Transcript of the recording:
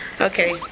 okay